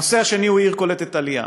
הנושא השני הוא עיר קולטת עלייה.